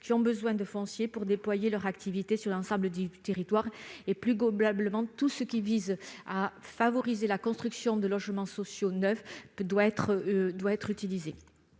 qui ont besoin de foncier pour déployer leur activité sur l'ensemble du territoire. Plus globalement, tout ce qui vise à favoriser la construction de logements sociaux neufs doit être mis